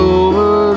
over